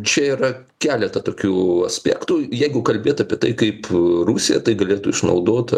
čia yra keleta tokių aspektų jeigu kalbėt apie tai kaip rusija tai galėtų išnaudot